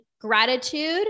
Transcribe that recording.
gratitude